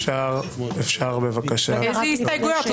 איזה הסתייגויות?